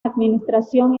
administración